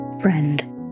friend